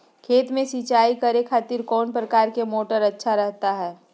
खेत में सिंचाई करे खातिर कौन प्रकार के मोटर अच्छा रहता हय?